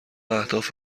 اهداف